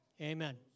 Amen